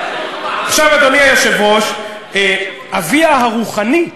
עכשיו, אדוני היושב-ראש, אביה הרוחני,